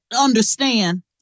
understand